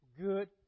good